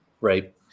Right